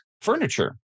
furniture